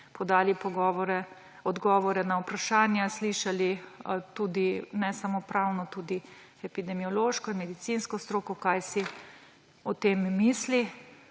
podali odgovore na vprašanja, slišali tudi ne samo pravno, tudi epidemiološko in medicinsko stroko, kaj si o tem misli